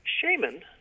shaman